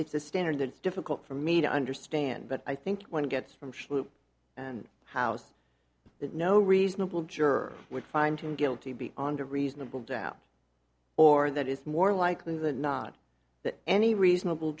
's a standard that is difficult for me to understand but i think one gets from shoot and house that no reasonable juror would find him guilty beyond a reasonable doubt or that is more likely than not that any reasonable